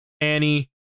Annie